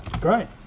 Great